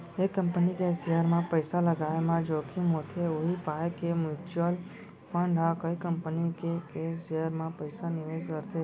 एक कंपनी के सेयर म पइसा लगाय म जोखिम होथे उही पाय के म्युचुअल फंड ह कई कंपनी के के सेयर म पइसा निवेस करथे